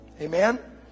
Amen